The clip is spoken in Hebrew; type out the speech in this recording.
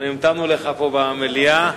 אנחנו המתנו לך פה, במליאה,